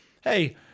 Hey